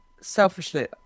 Selfishly